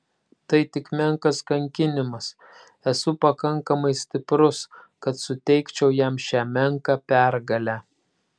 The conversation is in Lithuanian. tai tik menkas kankinimas esu pakankamai stiprus kad suteikčiau jam šią menką pergalę